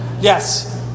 Yes